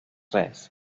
res